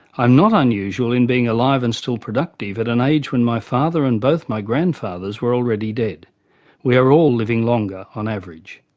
i am not unusual in being alive and still productive at an age when my father and both my grandfathers were already dead we are all living longer on average.